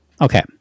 Okay